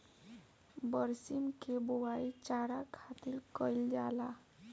बरसीम के बोआई चारा खातिर कईल जाला